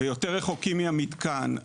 ויותר רחוקים מהמתקן.